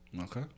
Okay